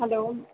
hello